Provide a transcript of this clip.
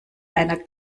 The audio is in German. einer